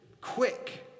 Quick